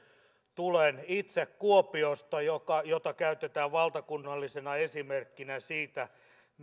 tulen itse kuopiosta jota käytetään valtakunnallisena esimerkkinä siitä